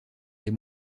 des